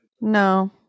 No